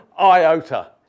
iota